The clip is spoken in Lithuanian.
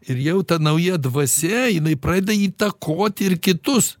ir jau ta nauja dvasia jinai pradeda įtakot ir kitus